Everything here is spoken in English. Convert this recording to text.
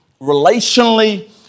relationally